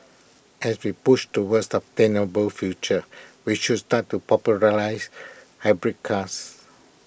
as we push towards sustainable future we should start to popularise hybrid cars